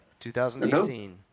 2018